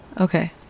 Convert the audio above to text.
Okay